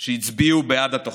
שהצביעו בעד התוכנית.